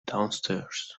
downstairs